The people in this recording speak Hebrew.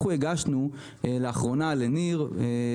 הגשנו לאחרונה לניר פרוימן,